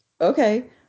Okay